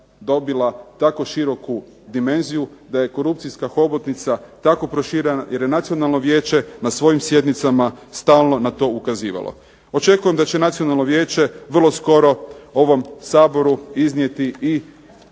dobila tako široku dimenziju, da je korupcija hobotnica tako proširena, jer je Nacionalno vijeće na svojim sjednicama stalno na to ukazivala. Očekujem da će Nacionalno vijeće vrlo skoro ovom Saboru iznijeti i